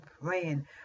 praying